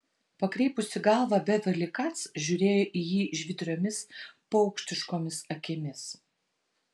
pakreipusi galvą beverli kac žiūrėjo į jį žvitriomis paukštiškomis akimis